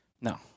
No